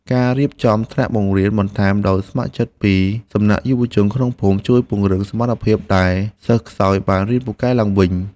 ការរៀបចំថ្នាក់បង្រៀនបន្ថែមដោយស្ម័គ្រចិត្តពីសំណាក់យុវជនក្នុងភូមិ ជួយពង្រឹងសមត្ថភាពសិស្សដែលខ្សោយឱ្យបានពូកែឡើងវិញ។